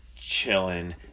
chilling